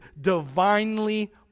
divinely